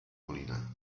molina